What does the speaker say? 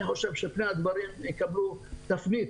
אני חושב שפני הדברים יקבלו תפנית.